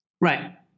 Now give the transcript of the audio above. Right